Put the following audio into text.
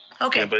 okay. but